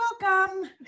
Welcome